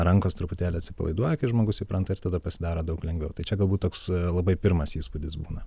rankos truputėlį atsipalaiduoja kai žmogus įpranta ir tada pasidaro daug lengviau tai čia galbūt toks labai pirmas įspūdis būna